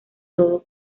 todo